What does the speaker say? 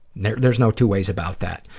there's there's no two ways about that.